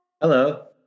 Hello